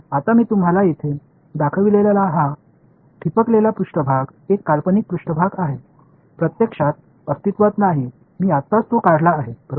आता मी तुम्हाला येथे दाखविलेला हा ठिपकलेला पृष्ठभाग एक काल्पनिक पृष्ठभाग आहे प्रत्यक्षात अस्तित्त्वात नाही मी आत्ताच तो काढला आहे बरोबर आहे